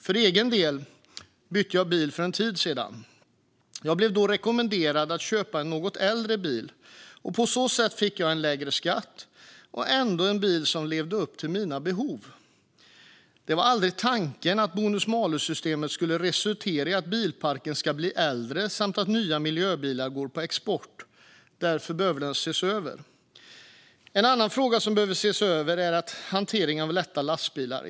För egen del bytte jag bil för en tid sedan. Jag blev då rekommenderad att köpa en något äldre bil, och på så sätt fick jag en lägre skatt och ändå en bil som motsvarade mina behov. Det var aldrig tanken att bonus-malus-systemet skulle resultera i att bilparken blir äldre och att nya miljöbilar går på export. Det behövs därför en översyn. En annan fråga som behöver ses över är hanteringen av lätta lastbilar.